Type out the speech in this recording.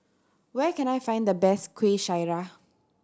where can I find the best Kueh Syara